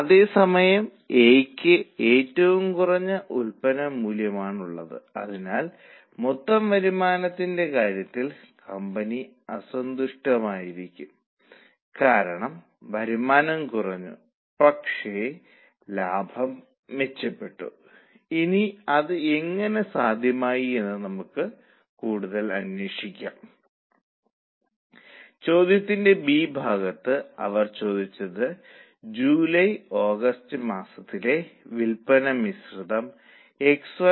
അതിനാൽ നിലവിലെ 10000 ൽ നിന്ന് വിൽപ്പന അളവ് 12 ആയി വർദ്ധിക്കും ഇപ്പോൾ അവർക്ക് അവരുടെ ഉൽപ്പാദനം വർദ്ധിപ്പിക്കേണ്ടതുണ്ട് അവർക്ക് 10 ശേഷി മാത്രമേയുള്ളൂ അത് 12 ആയി വർദ്ധിപ്പിക്കേണ്ടതുണ്ട്